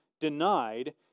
denied